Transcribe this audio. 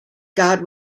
god